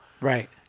Right